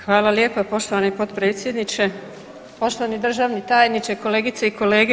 Hvala lijepo poštovani potpredsjedniče, poštovani državni tajniče, kolegice i kolege.